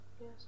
yes